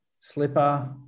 slipper